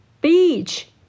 beach